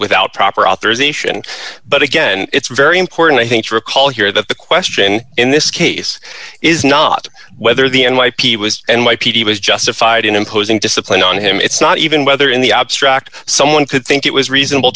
without proper authorization but again it's very important i think to recall here that the question in this case is not whether the n y p d was n y p d was justified in imposing discipline on him it's not even whether in the abstract someone you'd think it was reasonable